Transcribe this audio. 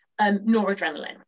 noradrenaline